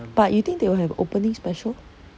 but you think they will have opening special